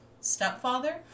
stepfather